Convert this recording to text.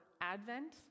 Advent